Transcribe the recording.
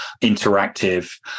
interactive